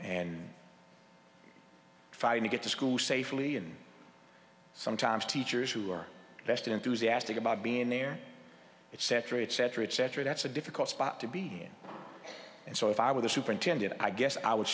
to get to school safely and sometimes teachers who are best enthusiastic about being there it's cetera et cetera et cetera that's a difficult spot to be in and so if i were the superintendent i guess i would